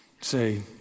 Say